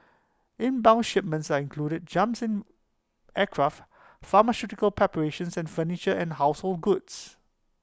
inbound shipments I included jumps aircraft pharmaceutical preparations and furniture and household goods